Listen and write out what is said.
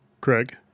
Craig